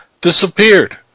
disappeared